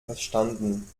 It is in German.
verstanden